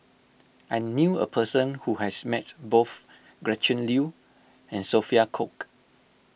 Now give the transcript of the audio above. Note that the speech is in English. I knew a person who has met both Gretchen Liu and Sophia Cooke